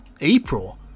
april